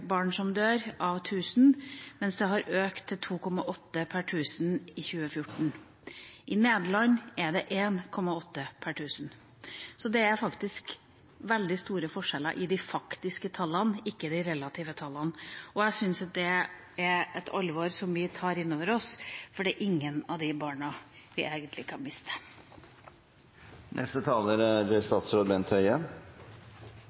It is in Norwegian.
barn som dør, per 1 000, mens det har økt til 2,8 per 1 000 i 2014. I Nederland er det 1,8 per 1 000. Det er faktisk veldig store forskjeller i de faktiske tallene, ikke i de relative tallene, og jeg syns at det er et alvor som vi må ta inn over oss, for det er ingen av de barna vi egentlig kan miste. Jeg takker for en god diskusjon. Jeg oppfatter at det er